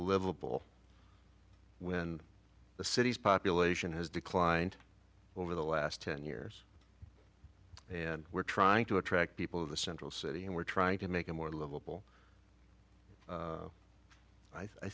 livable when the city's population has declined over the last ten years and we're trying to attract people of the central city and we're trying to make it more livable